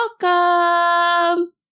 welcome